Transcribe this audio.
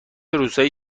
روستایی